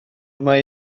mai